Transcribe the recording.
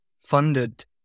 funded